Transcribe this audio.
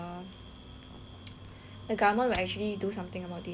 the government will actually do something about this cause like